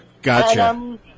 Gotcha